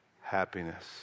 happiness